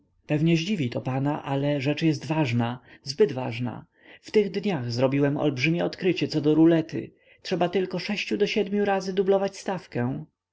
pewnie dziwi to pana ale rzecz jest ważna zbyt ważna w tych dniach zrobiłem olbrzymie odkrycie co do rulety trzeba tylko do miu razy dublować stawkę